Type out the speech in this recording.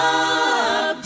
up